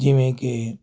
ਜਿਵੇਂ ਕਿ